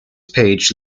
page